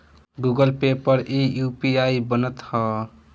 Google Pay पर इ UPI बनत हअ